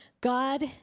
God